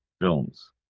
films